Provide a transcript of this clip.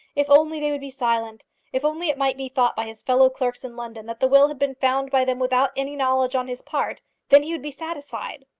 if only they would be silent if only it might be thought by his fellow-clerks in london that the will had been found by them without any knowledge on his part then he would be satisfied.